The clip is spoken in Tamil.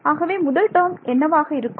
ஆகவே முதல் டேர்ம் என்னவாக இருக்கும்